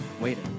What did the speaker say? waiting